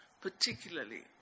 particularly